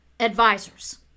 advisors